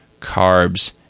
carbs